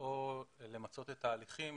או למצות את ההליכים